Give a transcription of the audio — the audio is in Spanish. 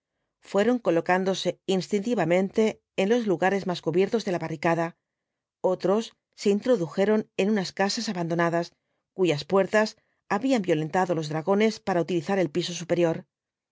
fueron colocándose instintivamente en los lugares más cubiertos de la barricada otros se introdujeron en unas casas abandonadas cuyas puertas habían violentado los dragones para utilizar el piso superior